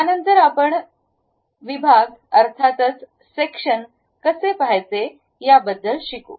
त्यानंतर आपण विभाग अर्थातच सेक्शन्स कसे पहायचे याबद्दल शिकू